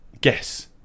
guess